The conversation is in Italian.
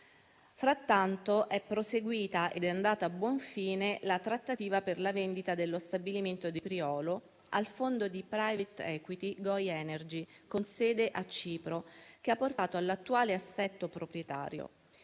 Frattanto è proseguita ed è andata a buon fine la trattativa per la vendita dello stabilimento di Priolo al fondo di *private equity* GOI Energy con sede a Cipro, che ha portato all'attuale assetto proprietario.